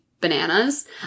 bananas